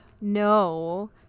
no